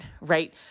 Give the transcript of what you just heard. right